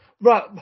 Right